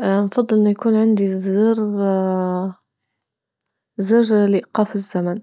اه نفضل أنه يكون عندي زر اه زر لإيقاف الزمن